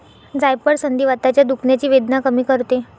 जायफळ संधिवाताच्या दुखण्याची वेदना कमी करते